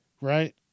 right